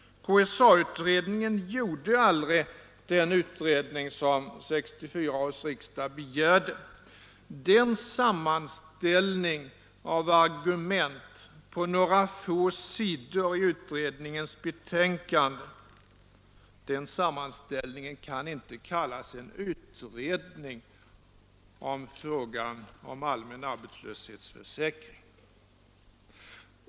KSA-utredningen gjorde aldrig den utredning som 1964 års riksdag begärde. Sammanställningen av argument på några få sidor i utredningens betänkande kan inte kallas en utredning av frågan om allmän arbetslöshetsförsäkring.